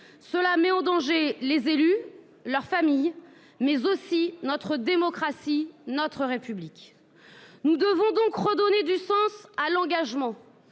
Cela met en danger les élus leur famille mais aussi notre démocratie notre République. Nous devons donc redonner du sens à l'engagement